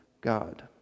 God